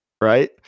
right